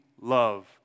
love